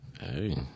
Hey